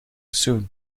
soon